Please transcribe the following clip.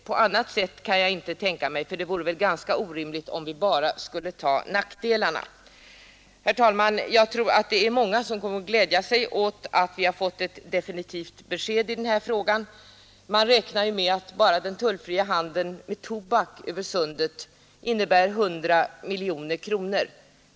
Jag kan inte tänka mig att vi skulle kunna göra på annat sätt, för det vore ganska orimligt om vi alltid bara skulle ta nackdelarna av vår anslutningsform. Herr talman! Jag tror att det är många som kommer att glädja sig åt att vi har fått ett besked i den här frågan. Man räknar med att bara den tullfria handeln med tobak över Sundet ger 100 miljoner kronor.